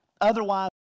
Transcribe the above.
Otherwise